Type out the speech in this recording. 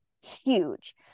huge